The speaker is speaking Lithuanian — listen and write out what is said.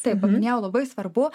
taip paminėjau labai svarbu